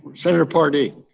senator paradee?